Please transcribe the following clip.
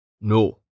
No